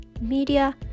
media